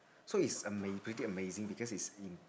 so it's ama~ pretty amazing because it's im~